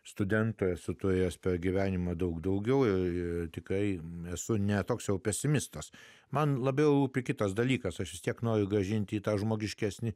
studento esu turėjęs per gyvenimą daug daugiau ir tikai mes ne toks jau pesimistas man labiau rūpi kitas dalykas aš vis tiek noriu grąžinti tą žmogiškesnį